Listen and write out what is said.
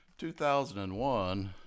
2001